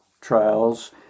trials